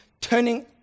turning